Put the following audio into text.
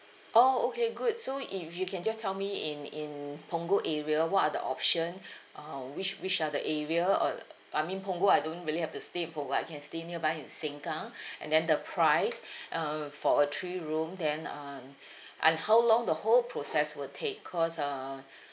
oh okay good so if you can just tell me in in punggol area what are the option uh which which are the area uh I mean punggol I don't really have to stay pungg~ I can stay nearby in sengkang and then the price uh for a three room then um and how long the whole process will take cause uh